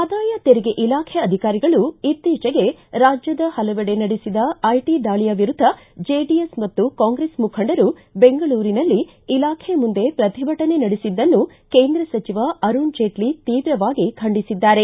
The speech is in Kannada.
ಆದಾಯ ತೆರಿಗೆ ಇಲಾಖೆ ಅಧಿಕಾರಿಗಳು ಇತ್ತೀಚೆಗೆ ರಾಜ್ಯದ ಹಲವೆಡೆ ನಡೆಸಿದ ಐಟಿ ದಾಳಿಯ ವಿರುದ್ದ ಜೆಡಿಎಸ್ ಮತ್ತು ಕಾಂಗ್ರೆಸ್ ಮುಖಂಡರು ಬೆಂಗಳೂರಿನಲ್ಲಿ ಇಲಾಖೆ ಮುಂದೆ ಪ್ರತಿಭಟನೆ ನಡೆಸಿದ್ದನ್ನು ಕೇಂದ್ರ ಸಚಿವ ಅರುಣ್ ಜೇಟ್ಲಿ ತೀವ್ರವಾಗಿ ಖಂಡಿಸಿದ್ದಾರೆ